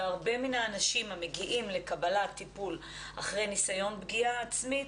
הרבה מן האנשים המגיעים לקבלת טיפול אחרי ניסיון פגיעה עצמית,